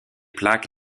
plaques